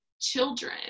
children